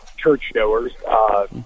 churchgoers